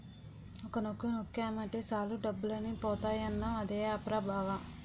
ఒక్క నొక్కు నొక్కేమటే సాలు డబ్బులన్నీ పోతాయన్నావ్ అదే ఆప్ రా బావా?